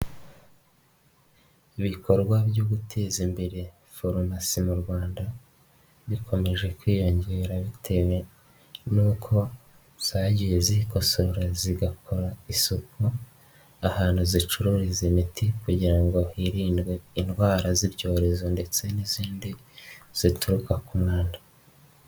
Ibikorwa byo guteza imbere farumasi mu Rwanda bikomeje kwiyongera bitewe n'uko zagiye zikosora zigakora isuku ahantu zicururiza imiti kugira ngo hirindwe indwara z'ibyorezo ndetse n'izindi zituruka ku mwanda.